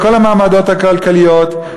מכל המעמדות הכלכליים,